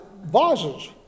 vases